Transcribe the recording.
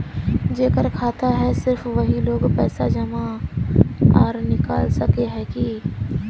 जेकर खाता है सिर्फ वही लोग पैसा जमा आर निकाल सके है की?